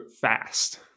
fast